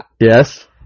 Yes